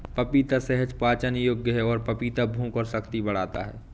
पपीता सहज पाचन योग्य है और पपीता भूख और शक्ति बढ़ाता है